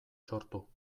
sortu